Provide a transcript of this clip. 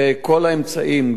וכל האמצעים,